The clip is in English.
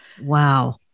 Wow